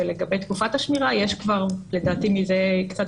ולגבי תקופת השמירה יש כבר לדעתי מזה קצת